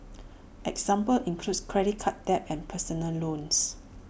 examples include credit card debt and personal loans